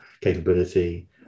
capability